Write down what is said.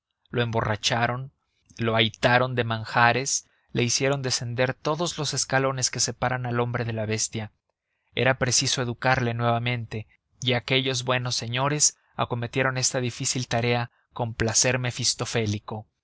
lo emborracharon lo ahitaron de manjares le hicieron descender todos los escalones que separan al hombre de la bestia era preciso educarle nuevamente y aquellos buenos señores acometieron esta difícil tarea